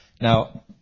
Now